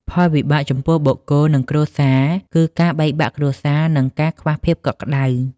ផលវិបាកចំពោះបុគ្គលនិងគ្រួសារគឺការបែកបាក់គ្រួសារ និងការខ្វះភាពកក់ក្ដៅ។